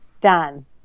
done